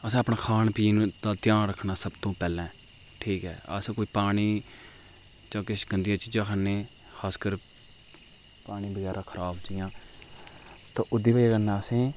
असें अपने खान पीन दा ध्यान रखना सब तू पैह्लें ठीक ऐ अस कोई पानी जां किश गंदियां चीजां ख'न्ने खास कर पानी बगैरा खराब जि'यां ते ओह्दी बजह् कन्नै असें ई